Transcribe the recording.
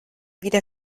wieder